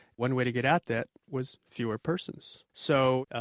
one way to get out that was fewer persons. so,